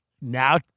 now